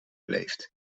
beleefd